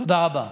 תודה רבה.